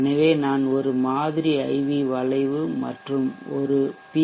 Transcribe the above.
எனவே நான் ஒரு மாதிரி IV வளைவு மற்றும் ஒரு பி